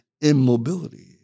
immobility